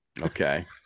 Okay